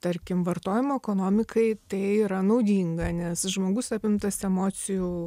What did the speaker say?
tarkim vartojimo ekonomikai tai yra naudinga nes žmogus apimtas emocijų